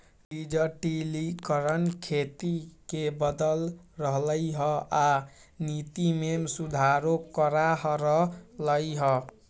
डिजटिलिकरण खेती के बदल रहलई ह आ नीति में सुधारो करा रह लई ह